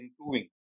improving